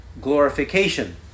glorification